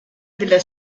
della